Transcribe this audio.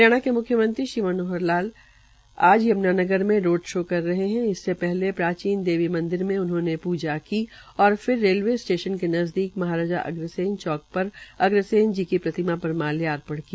हरियाणा के म्ख्यमंत्री मनोहर लाल ने आज यम्नानगर में रोड शो किया इससे पहले उन्होंने प्रचीन देवी मंदिर में प्रजा की और फिर रेलवे स्टेशन के नजदीक महाराजा अग्रसेन चौक पर अगरसेन जी की प्रतिमा पर माल्यार्पण किया